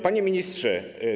Panie Ministrze!